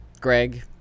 Greg